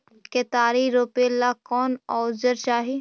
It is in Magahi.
केतारी रोपेला कौन औजर चाही?